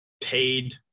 paid